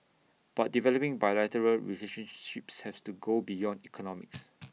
but developing bilateral relationships has to go beyond economics